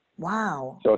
Wow